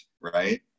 right